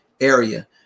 area